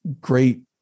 great